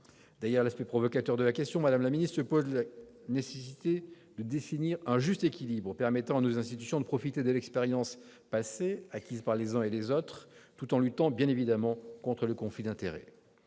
Derrière l'aspect provocateur de la question, on comprend la nécessité, madame la garde des sceaux, de définir un juste équilibre permettant à nos institutions de profiter de l'expérience passée acquise par les uns et les autres, tout en luttant, bien évidemment, contre le conflit d'intérêts.